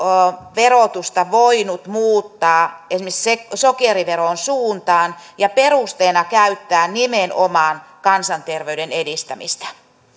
verotusta voinut muuttaa esimerkiksi sokeriveron suuntaan ja perusteena käyttää nimenomaan kansanterveyden edistämistä